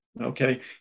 okay